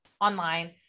online